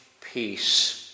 Peace